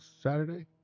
Saturday